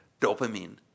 dopamine